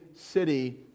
city